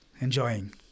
enjoying